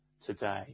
today